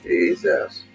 Jesus